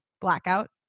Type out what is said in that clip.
Blackout